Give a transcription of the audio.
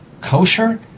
kosher